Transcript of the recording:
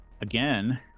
again